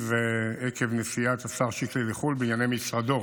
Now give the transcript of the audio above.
עקב נסיעת השר שיקלי לחו"ל בענייני משרדו.